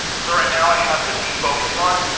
so right now i have the defocus on,